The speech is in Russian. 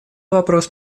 вопрос